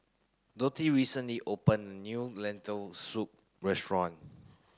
Dottie recently open new Lentil Soup restaurant